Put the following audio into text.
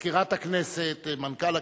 מזכירת הכנסת, מנכ"ל הכנסת,